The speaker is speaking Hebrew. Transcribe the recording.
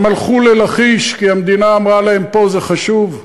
הם הלכו ללכיש, כי המדינה אמרה להם: פה זה חשוב,